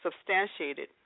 substantiated